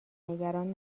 نگران